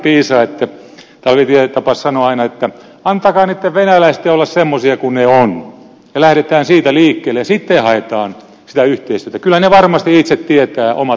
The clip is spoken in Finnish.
talvitie tapasi sanoa aina että antakaa niitten venäläisten olla semmoisia kuin ne ovat ja lähdetään siitä liikkeelle ja sitten haetaan sitä yhteistyötä kyllä ne varmasti itse tietävät omat ongelmansa